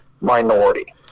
minority